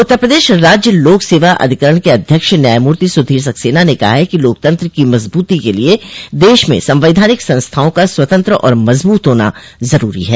उत्तर प्रदेश राज्य लोकसेवा अधिकरण के अध्यक्ष न्यायमूर्ति सुधीर सक्सेना ने कहा है कि लोकतंत्र की मजबूती के लिए देश में संवैधानिक संस्थाओं का स्वतंत्र और मजबूत होना जरूरी हैं